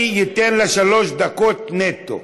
אני אתן לה שלוש דקות נטו.